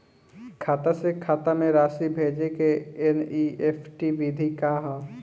खाता से खाता में राशि भेजे के एन.ई.एफ.टी विधि का ह?